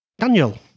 Daniel